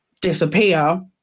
disappear